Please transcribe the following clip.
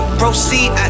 proceed